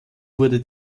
wurde